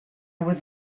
was